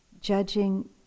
Judging